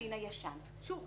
הדין הישן)." שוב,